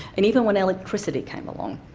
and even when electricity came along.